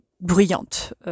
bruyante